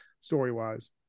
story-wise